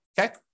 okay